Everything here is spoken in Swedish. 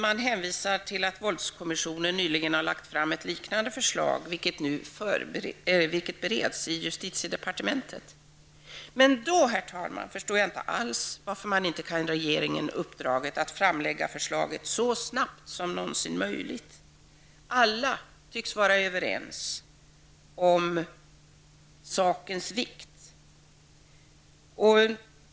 Man hänvisar till att våldskommissionen nyligen har lagt fram ett liknande förslag, vilket nu bereds i justitiedepartementet. Men då, herr talman, förstår jag inte alls varför man inte kan ge regeringen uppdraget att framlägga förslaget så snart som någonsin möjligt. Alla tycks vara överens om sakens vikt.